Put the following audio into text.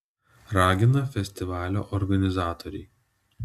ragina festivalio organizatoriai